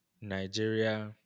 Nigeria